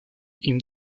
ihm